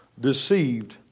deceived